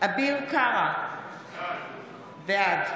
אביר קארה, בעד